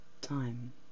Time